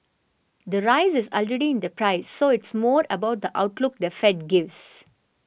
the rise is already in the price so it's more about the outlook the Fed gives